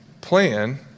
plan